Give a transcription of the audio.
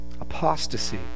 apostasy